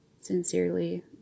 sincerely